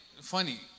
funny